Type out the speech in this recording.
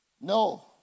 No